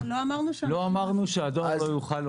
לא אמרנו שהדואר לא יוכל להוזיל.